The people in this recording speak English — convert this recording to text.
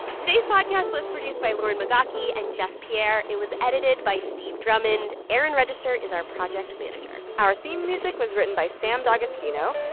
today's podcast was produced by lauren migaki and jeff pierre. it was edited by steve drummond. erin register is our project manager our theme music was written by sam d'agostino.